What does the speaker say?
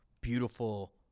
beautiful